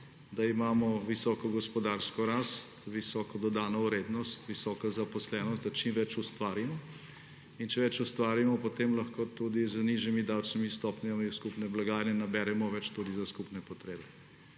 da imamo visoko gospodarsko rast, visoko dodano vrednost, visoko zaposlenost, da čim več ustvarimo. Če več ustvarimo, potem lahko tudi z nižjimi davčnimi stopnjami v skupne blagajne naberemo več tudi za skupne potrebe.